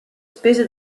spese